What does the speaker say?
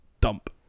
dump